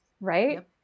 Right